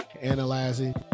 analyzing